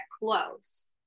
close